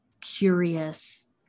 curious